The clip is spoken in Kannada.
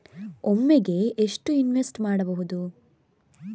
ಒಮ್ಮೆಗೆ ಎಷ್ಟು ಇನ್ವೆಸ್ಟ್ ಮಾಡ್ಬೊದು?